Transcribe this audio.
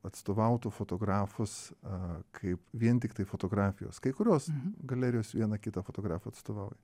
atstovautų fotografus kaip vien tiktai fotografijos kai kurios galerijos vieną kitą fotografą atstovauja